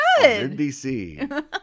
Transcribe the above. NBC